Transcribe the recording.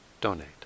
donate